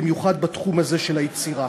במיוחד בתחום הזה של היצירה.